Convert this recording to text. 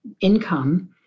income